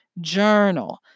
journal